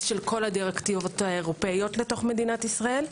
של כל הדירקטיבות האירופאיות לתוך מדינת ישראל,